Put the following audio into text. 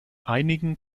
einigen